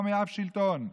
לא מאף שלטון,